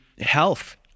health